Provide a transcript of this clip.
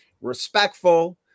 respectful